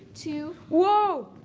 two whoa,